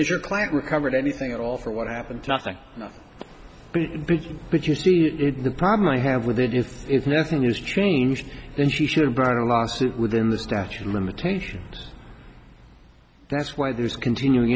if your client recovered anything at all for what happened but you see the problem i have with it is is nothing has changed then she should have brought a lawsuit within the statute of limitations that's why these continuing